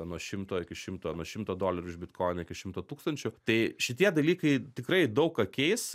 nuo šimto iki šimto nuo šimto dolerių už bitkoiną iki šimto tūkstančių tai šitie dalykai tikrai daug ką keis